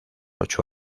ocho